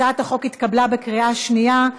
הצעת החוק התקבלה בקריאה שנייה.